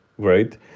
great